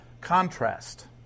Contrast